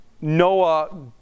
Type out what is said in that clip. Noah